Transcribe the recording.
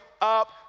up